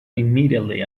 immediately